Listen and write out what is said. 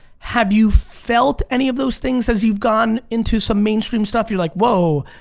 have you felt any of those things as you've gone into some mainstream stuff? you're like, whoa,